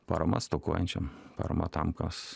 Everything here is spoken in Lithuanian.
parama stokojančiam parama tam kas